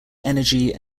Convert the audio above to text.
energy